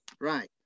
Right